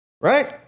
right